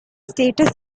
status